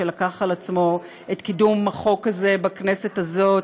שלקח על עצמו את קידום החוק הזה בכנסת הזאת,